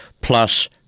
plus